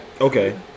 Okay